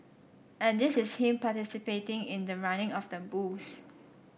and this is him participating in the running of the bulls